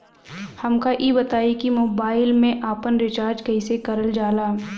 हमका ई बताई कि मोबाईल में आपन रिचार्ज कईसे करल जाला?